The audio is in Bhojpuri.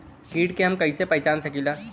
कीट के हम कईसे पहचान सकीला